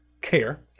care